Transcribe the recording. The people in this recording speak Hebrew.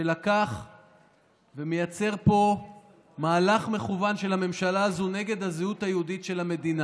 שלקח ומייצר פה מהלך מכוון של הממשלה הזו נגד הזהות היהודית של המדינה.